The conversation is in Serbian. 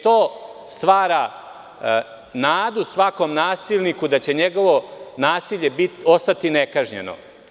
To stvara nadu svakom nasilniku da će njegovo nasilje ostati nekažnjeno.